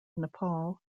nepal